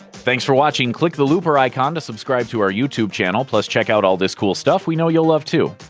thanks for watching! click the looper icon to subscribe to our youtube channel. plus check out all this cool stuff we know you'll love, too!